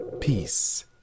Peace